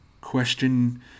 Question